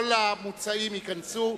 כל המוצאים ייכנסו,